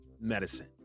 medicine